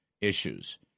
issues